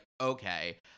okay